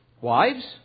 Wives